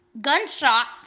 Gunshots